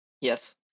Yes